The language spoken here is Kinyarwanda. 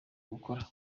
gukora